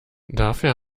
dafür